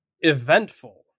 eventful